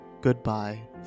Goodbye